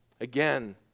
Again